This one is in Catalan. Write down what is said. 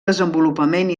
desenvolupament